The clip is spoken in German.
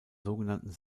sogenannten